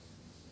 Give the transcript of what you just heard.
ha